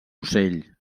ocell